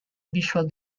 visual